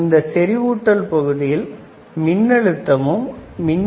இந்த செறிவூட்டல் பகுதியில் மின் அழுத்தமும் மின்னோட்டமும் உயர தொடங்குகிறது